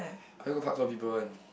I go park a lot people one